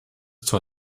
zur